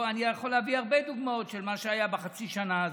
אני יכול להביא הרבה דוגמאות של מה שהיה בחצי השנה הזאת,